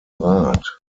rat